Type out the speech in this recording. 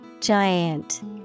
Giant